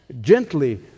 gently